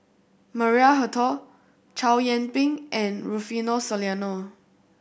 Maria Hertogh Chow Yian Ping and Rufino Soliano